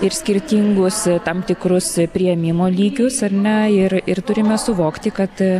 ir skirtingus tam tikrus priėmimo lygius ar ne ir ir turime suvokti kad